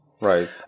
Right